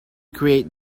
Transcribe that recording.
create